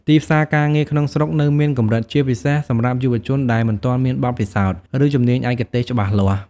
ទីផ្សារការងារក្នុងស្រុកនៅមានកម្រិត ជាពិសេសសម្រាប់យុវជនដែលមិនទាន់មានបទពិសោធន៍ ឬជំនាញឯកទេសច្បាស់លាស់។